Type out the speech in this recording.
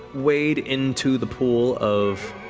wade into the pool of